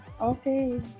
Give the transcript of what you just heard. Okay